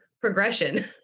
progression